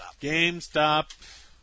GameStop